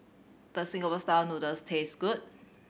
does Singapore Style Noodles taste good